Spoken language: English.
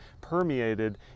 permeated